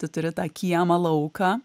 tu turi tą kiemą lauką